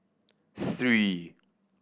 three